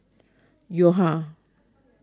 Yo Ha